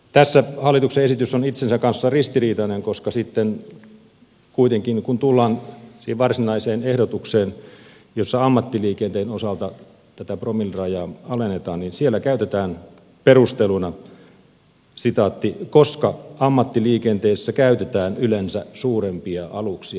tässä hallituksen esitys on itsensä kanssa ristiriitainen koska sitten kuitenkin kun tullaan siihen varsinaiseen ehdotukseen jossa ammattiliikenteen osalta tätä promillerajaa alennetaan niin siellä käytetään perusteluina koska ammattiliikenteessä käytetään yleensä suurempia aluksia